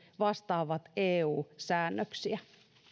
vastaavat eu säännöksiä